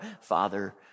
Father